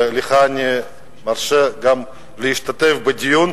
לך אני מרשה גם להשתתף בדיון,